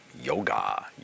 yoga